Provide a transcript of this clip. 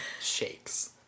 shakes